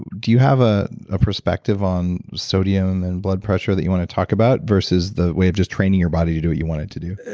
do you have a ah perspective on sodium and blood pressure that you want to talk about, versus the way of just training your body to do what you want it to do?